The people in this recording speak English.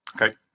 Okay